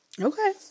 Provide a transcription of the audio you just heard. Okay